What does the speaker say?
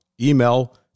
email